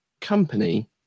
company